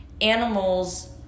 animals